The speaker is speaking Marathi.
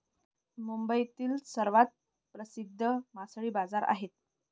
मुंबईतील सर्वात प्रसिद्ध मासळी बाजार आहे